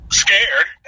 scared